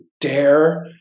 dare